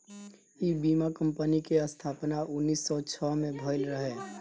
इ बीमा कंपनी के स्थापना उन्नीस सौ छह में भईल रहे